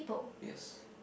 yes